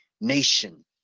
nation